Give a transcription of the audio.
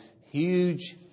huge